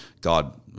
God